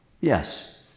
yes